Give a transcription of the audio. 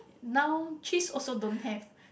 now cheese also don't have